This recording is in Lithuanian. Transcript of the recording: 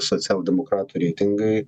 socialdemokratų reitingai